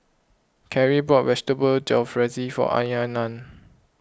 Karie bought Vegetable Jalfrezi for Aryanna